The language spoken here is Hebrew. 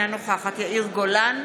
אינה נוכחת יאיר גולן,